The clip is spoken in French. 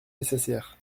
nécessaire